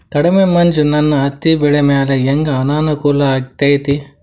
ಕಡಮಿ ಮಂಜ್ ನನ್ ಹತ್ತಿಬೆಳಿ ಮ್ಯಾಲೆ ಹೆಂಗ್ ಅನಾನುಕೂಲ ಆಗ್ತೆತಿ?